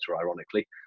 ironically